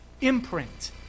imprint